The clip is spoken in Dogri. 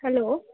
हैलो